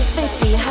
50